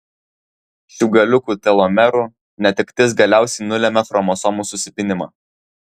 šių galiukų telomerų netektis galiausiai nulemia chromosomų susipynimą